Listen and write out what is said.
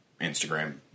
Instagram